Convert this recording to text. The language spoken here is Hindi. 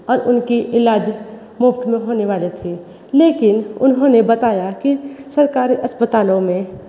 और उनकी इलाज मुफ़्त में होने वाली थी लेकिन उन्होंने बताया कि सरकारी अस्पतालों में